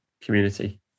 community